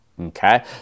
okay